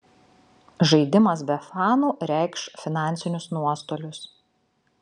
žaidimas be fanų reikš finansinius nuostolius